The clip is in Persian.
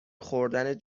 خوردن